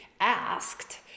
asked